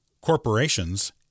corporations